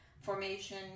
formation